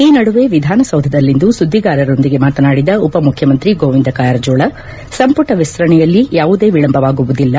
ಈ ನಡುವೆ ವಿಧಾನಸೌಧದಲ್ಲಿಂದು ಸುದ್ದಿಗಾರರೊಂದಿಗೆ ಮಾತನಾಡಿದ ಉಪಮುಖ್ಯಮಂತ್ರಿ ಗೋವಿಂದ ಕಾರಜೋಳ ಸಂಪುಟ ವಿಸ್ತರಣೆಯಲ್ಲಿ ಯಾವುದೇ ವಿಳಂಬವಾಗುವುದಿಲ್ಲ